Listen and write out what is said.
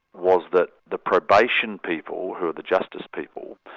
was that the probation people, who are the justice people,